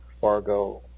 Fargo